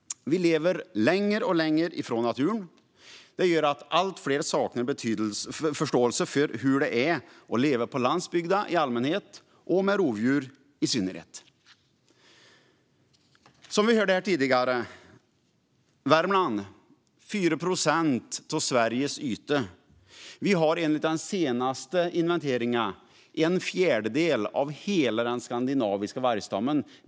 Vi lever längre och längre från naturen. Det gör att allt fler saknar förståelse för hur det är att leva på landsbygden i allmänhet och med rovdjur i synnerhet. Som vi hörde här tidigare har Värmland, som utgör 4 procent av Sveriges yta, enligt den senaste inventeringen en fjärdedel av hela den skandinaviska vargstammen.